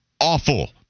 awful